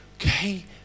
okay